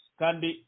kandi